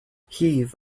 heave